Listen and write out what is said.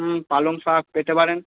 হুম পালং শাক পেতে পারেন